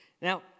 Now